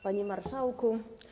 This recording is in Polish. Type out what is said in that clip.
Panie Marszałku!